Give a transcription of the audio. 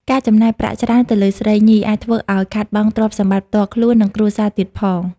ការចំណាយប្រាក់ច្រើនទៅលើស្រីញី អាចធ្វើឱ្យខាតបង់ទ្រព្យសម្បត្តិផ្ទាល់ខ្លួន និងគ្រួសារទៀងផង។